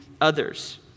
others